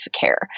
care